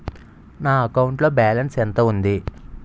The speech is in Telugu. నా అకౌంట్ లో బాలన్స్ ఎంత ఉంది?